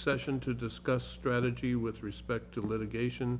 session to discuss strategy with respect to litigation